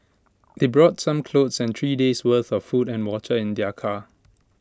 they brought some clothes and three days' worth of food and water in their car